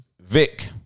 Vic